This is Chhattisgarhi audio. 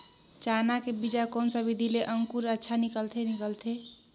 चाना के बीजा कोन सा विधि ले अंकुर अच्छा निकलथे निकलथे